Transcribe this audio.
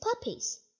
puppies